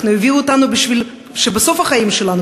הביאו אותנו בשביל שבסוף החיים שלנו,